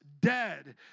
dead